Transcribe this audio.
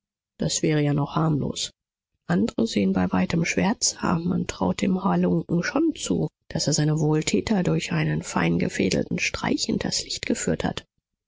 das wäre ja noch harmlos andre sehen bei weitem schwärzer man traut dem halunken schon zu daß er seine wohltäter durch einen feingefädelten streich hinters licht geführt hat